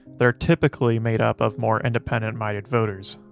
that are typically made up of more independent-minded voters.